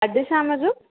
अॼु शाम जो